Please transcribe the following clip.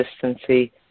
consistency